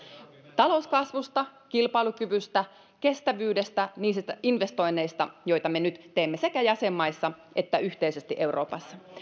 talouskasvusta kilpailukyvystä kestävyydestä niistä investoinneista joita me nyt teemme sekä jäsenmaissa että yhteisesti euroopassa